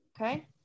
Okay